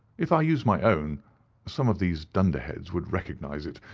if i used my own some of these dunderheads would recognize it,